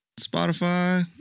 Spotify